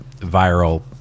viral